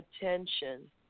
attention